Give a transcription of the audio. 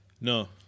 no